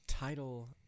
Title